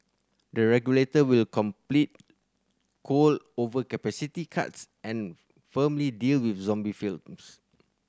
the regulator will complete coal overcapacity cuts and firmly deal with zombie firms